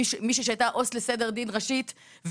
מישהי שהייתה עו"ס לסדר דין ראשית,